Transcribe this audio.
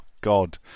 god